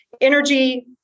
energy